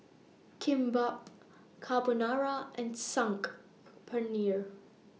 Kimbap Carbonara and Saag Paneer